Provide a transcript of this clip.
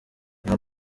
nta